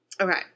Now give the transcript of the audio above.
Okay